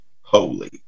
holy